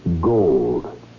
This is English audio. Gold